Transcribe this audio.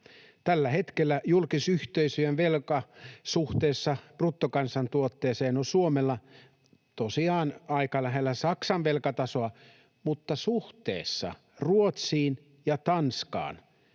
Tällä hetkellä julkisyhteisöjen velka suhteessa bruttokansantuotteeseen on Suomella tosiaan aika lähellä Saksan velkatasoa, mutta suhteessa Ruotsiin ja Tanskaan